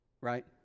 right